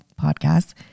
podcasts